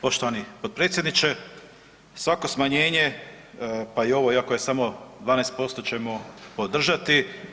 Poštovani potpredsjedniče, svako smanjenje, pa i ovo, iako je samo 12% ćemo podržati.